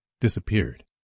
disappeared